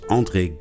André